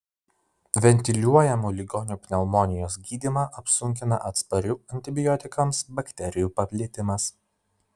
ventiliuojamų ligonių pneumonijos gydymą apsunkina atsparių antibiotikams bakterijų paplitimas